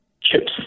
chips